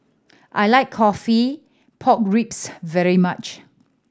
I like coffee pork ribs very much